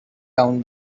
down